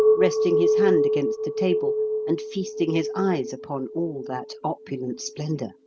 resting his hand against the table and feasting his eyes upon all that opulent splendour.